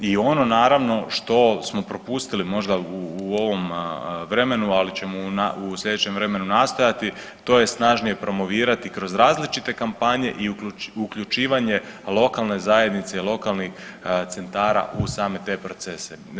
I ono naravno što smo propustili možda u ovom vremenu, ali ćemo u sljedećem vremenu nastojati to je snažnije promovirati kroz različite kampanje i uključivanje lokalne zajednice i lokalnih centara u same te procese.